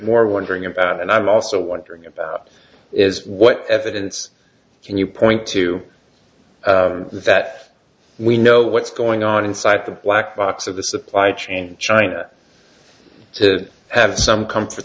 more wondering about and i'm also wondering about is what evidence can you point to that we know what's going on inside the black box of the supply chain china to have some comfort